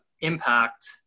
impact